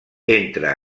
entre